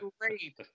great